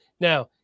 Now